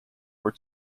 were